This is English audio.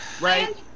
right